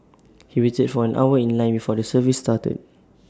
he waited for an hour in line before the service started